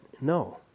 no